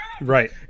Right